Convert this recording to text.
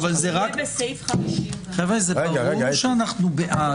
זה בסעיף 50. כן, הרי ברור שאנחנו בעד.